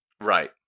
Right